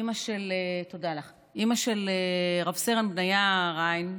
אימא של רב-סרן בניה ריין,